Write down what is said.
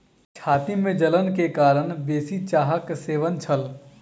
छाती में जलन के कारण बेसी चाहक सेवन छल